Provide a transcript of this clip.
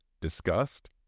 disgust